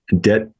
debt